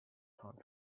found